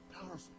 Powerful